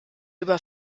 über